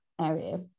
area